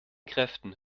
kräften